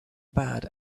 bad